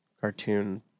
cartoon